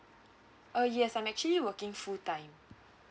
uh yes I'm actually working full time